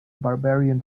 barbarian